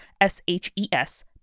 S-H-E-S